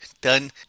done